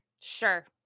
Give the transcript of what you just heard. Sure